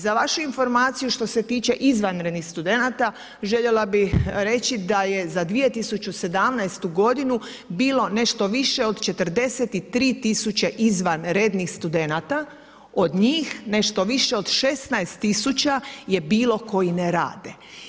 Za vašu informaciju, što se tiče izvanrednih studenata, željela bi reći da je za 2017. g. bilo nešto više od 43000 izvanrednih studenata, od njih nešto više od 16000 je bilo koji ne rade.